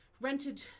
rented